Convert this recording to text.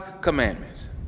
commandments